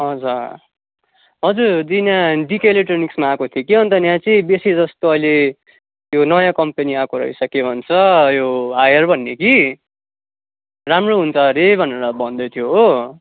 हजुर हजुर दी यहाँ डिके इलेक्ट्रोनिक्समा आएको थिएँ कि अन्त यहाँ चाहिँ बेसी जस्तो अहिले यो नयाँ कम्पनी आएको रहेछ के भन्छ यो हायर भन्ने कि राम्रो हुन्छ हरे भनेर भन्दैथियो हो